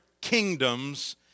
kingdoms